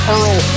Earl